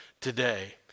today